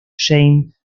james